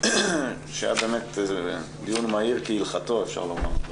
שהיה באמת דיון מהיר כהלכתו, אפשר לומר.